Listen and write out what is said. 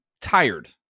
tired